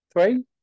three